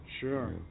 Sure